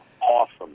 Awesome